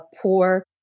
poor